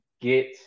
get